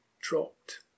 dropped